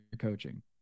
coaching